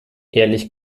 ehrlich